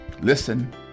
listen